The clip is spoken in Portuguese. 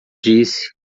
disse